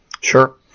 Sure